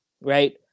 right